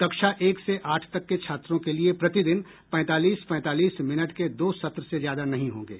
कक्षा एक से आठ तक के छात्रों के लिए प्रतिदिन पैंतालीस पैंतालीस मिनट के दो सत्र से ज्यादा नहीं होंगे